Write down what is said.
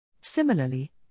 Similarly